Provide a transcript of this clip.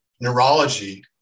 neurology